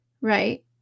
Right